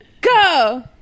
Go